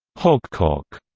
hogcock!